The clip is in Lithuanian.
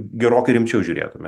gerokai rimčiau žiūrėtume